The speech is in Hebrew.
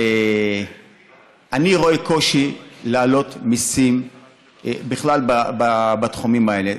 אני רואה קושי להעלות מיסים בכלל בתחומים האלה.